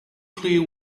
clear